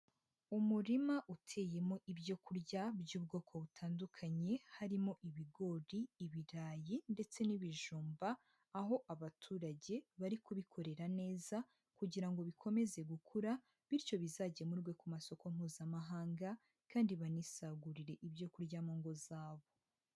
Umurima uteyemo ibyo kurya by'ubwoko butandukanye harimo ibigori, ibirayi ndetse n'ibijumba, aho abaturage bari kubikorera neza kugira ngo bikomeze gukura bityo bizagemurwe ku masoko mpuzamahanga kandi banisagurire ibyo kurya mu ngo zabo.